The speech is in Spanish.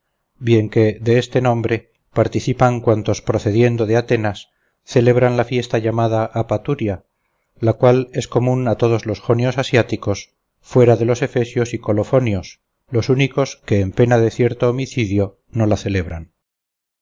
bien que de este nombre participan cuantos procediendo de atenas celebran la fiesta llamada apaturia la cual es común a todos los jonios asiáticos fuera de los efesios y colofonios los únicos que en pena de cierto homicidio no la celebran